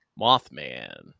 Mothman